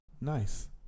nice